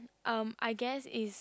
um I guess is